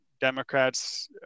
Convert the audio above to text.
Democrats